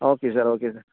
okay sir okay sir